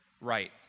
right